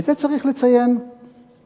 ואת זה צריך לציין ולחגוג,